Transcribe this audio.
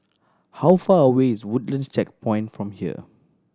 how far away is Woodlands Checkpoint from here